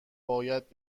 باید